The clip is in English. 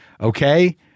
Okay